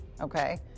Okay